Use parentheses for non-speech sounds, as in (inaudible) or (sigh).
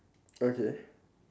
(noise) okay